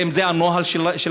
האם זה הנוהל של המשטרה?